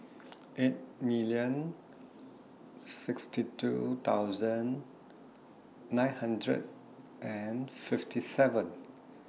eight million sixty two thousand nine hundred and fifty seven